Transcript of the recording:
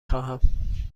خواهم